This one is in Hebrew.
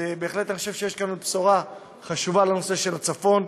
בהחלט אני חושב שיש פה בשורה חשובה לצפון.